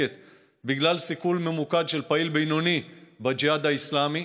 בגלל סיכול ממוקד של פעיל בינוני בג'יהאד האסלאמי.